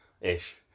Ish